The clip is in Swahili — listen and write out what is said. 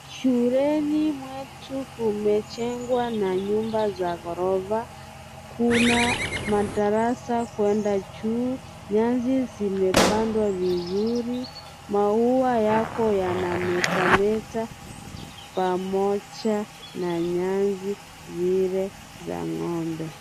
Shuleni mwetu kumejengwa na nyumba za ghorofa, kuna madarasa kwenda juu, nyasi zimepandwa vizuri, maua yako yanametameta , pamoja na nyasi zile za ng'ombe.